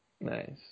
Nice